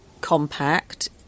compact